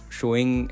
showing